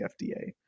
FDA